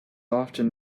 often